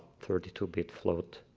thirty two bit float